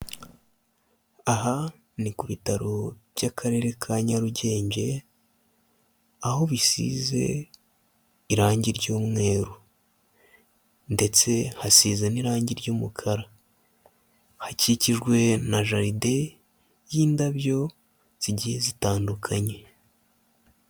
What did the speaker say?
Aha ni ku bitaro by'akarere ka Nyarugenge, aho bisize irangi ry'umweru ndetse hasize n'irangi ry'umukara. Hakikijwe na jaride y'indabyo zigiye zitandukanye.